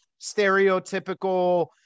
stereotypical